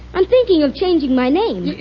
i'm thinking of changing my name.